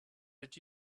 did